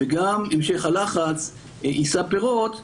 וגם המשך הלחץ יישא פירות,